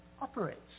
operates